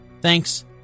Thanks